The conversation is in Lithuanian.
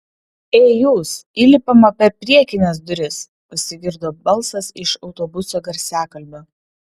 ei jūs įlipama per priekines duris pasigirdo balsas iš autobuso garsiakalbio